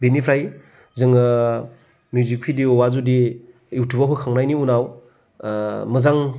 बेनिफ्राय जोङो मिउजिक भिदिय'आ जुदि इउटुबाव होखांनायनि उनाव मोजां